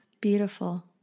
Beautiful